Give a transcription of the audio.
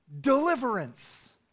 deliverance